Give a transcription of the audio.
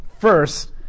First